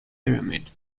pyramid